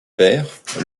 père